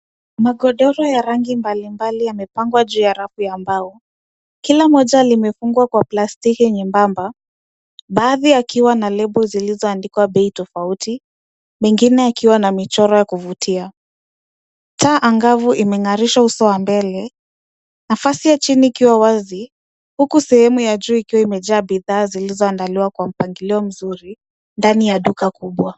Magodoro ya rangi mbalimbali yamepangwa juu ya rafu ya mbao . Kila moja limefungwa kwa plastiki nyembamba, baadhi yakiwa na lebo zilizoandikwa bei tofauti, mengine yakiwa na michoro ya kuvutia. Taa angavu imeng'arisha uso wa mbele, nafasi ya chini ikiwa wazi , huku sehemu ya juu ikiwa imejaa bidhaa zilizoandaliwa kwa mpangilio mzuri ndani ya duka kubwa.